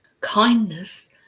Kindness